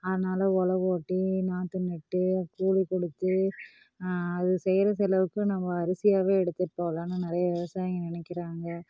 அதனால உழவு ஓட்டி நாற்று நட்டு கோழி கொழுத்து அது செய்கிற செலவுக்கு நம்ம அரிசியாகவே எடுத்துட்டு போகலான்னு நிறைய விவசாயிங்க நினைக்கிறாங்க